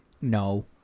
no